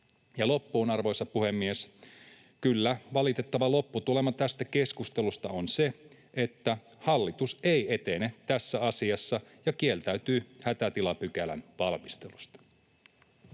Loppuun, arvoisa puhemies: Kyllä, valitettava lopputulema tästä keskustelusta on se, että hallitus ei etene tässä asiassa ja kieltäytyy hätätilapykälän valmistelusta.